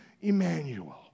Emmanuel